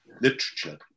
literature